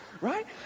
Right